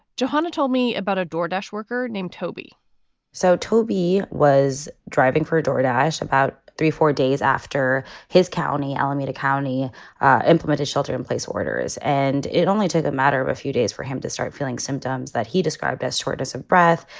johanna told me about a door desh worker named toby so toby was driving for a door. dyche about three, four days after his county, alameda county implemented shelter-in-place orders and it only took a matter of a few days for him to start feeling symptoms that he described as shortness of breath,